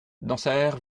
dansaert